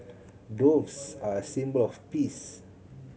doves are a symbol of peace